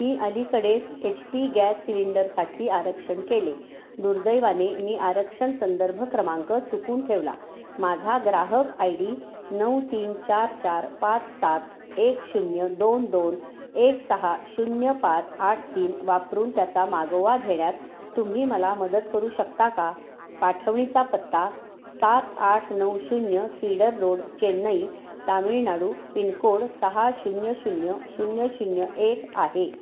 मी अलीकडेच H P gas सिलेंडरसाठी आरक्षण केले दुर्दैवाने मी आरक्षण संदर्भ क्रमांक चुकून ठेवला माझा ग्राहक आय डी नऊ तीन चार चार पाच सात एक शून्य दोन दोन एक सहा शून्य पाच आठ तीन वापरून त्याचा मागोवा घेण्यात तुम्ही मला मदत करू शकता का पाठवणीचा पत्ता सात आठ नऊ शून्य cedar road Chennai Tamil Nadu pin code सहा शून्य शून्य शून्य शून्य एक आहे